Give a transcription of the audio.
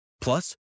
Plus